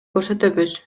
көрсөтөбүз